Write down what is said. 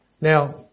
Now